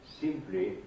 simply